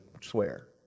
swear